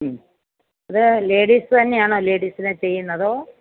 ഉം അത് ലേഡീസ് തന്നെയാണോ ലേഡീസിനെ ചെയ്യുന്നത് അതോ